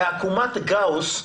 בעקומת גאוס,